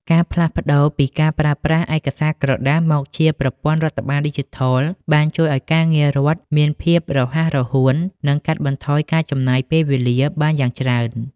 ការផ្លាស់ប្តូរពីការប្រើប្រាស់ឯកសារក្រដាសមកជាប្រព័ន្ធរដ្ឋបាលឌីជីថល បានជួយឱ្យការងាររដ្ឋបាលមានភាពរហ័សរហួន និងកាត់បន្ថយការចំណាយពេលវេលាបានយ៉ាងច្រើន។